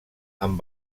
amb